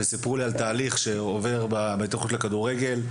וסיפרו לי על תהליך שעובר בתוכנית לכדורגל,